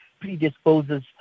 predisposes